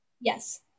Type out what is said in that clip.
yes